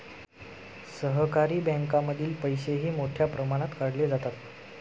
सहकारी बँकांमधील पैसेही मोठ्या प्रमाणात काढले जातात